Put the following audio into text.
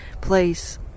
place